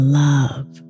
love